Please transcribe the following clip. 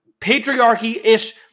patriarchy-ish